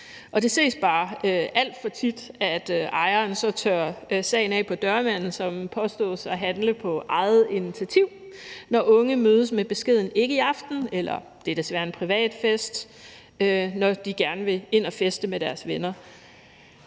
Og det ses bare alt for tit, at ejeren så tørrer sagen af på dørmanden, som påstås at handle på eget initiativ, når unge mødes med beskeden »ikke i aften« eller »det er desværre en privat fest«, når de gerne vil ind at feste med deres venner.